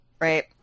Right